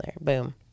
Boom